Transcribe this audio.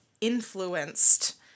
influenced